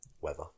weather